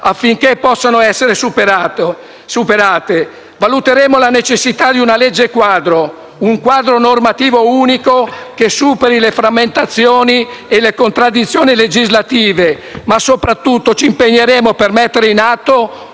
affinché possano essere superate. Valuteremo la necessità di una legge-quadro, un quadro normativo unico che superi le frammentazioni e le contraddizioni legislative. Ma, soprattutto, ci impegneremo per mettere in atto